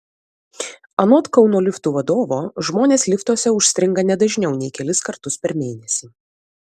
anot kauno liftų vadovo žmonės liftuose užstringa ne dažniau nei kelis kartus per mėnesį